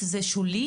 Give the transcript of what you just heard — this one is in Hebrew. זה שולי?